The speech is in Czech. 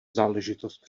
záležitost